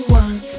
one